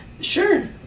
Sure